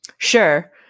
Sure